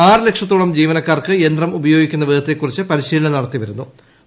ആറുലക്ഷത്തോളം ജീവനക്കാർക്ക് യന്ത്രം ഉപയോഗിക്കുന്ന വിധത്തെക്കുറിച്ച് പരിശീലനം നടത്തുകയാണ്